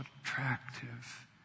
attractive